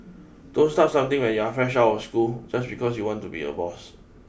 don't start something when you're fresh out of school just because you want to be a boss